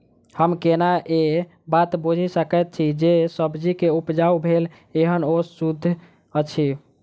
हम केना ए बात बुझी सकैत छी जे सब्जी जे उपजाउ भेल एहन ओ सुद्ध अछि?